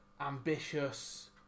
ambitious